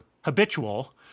habitual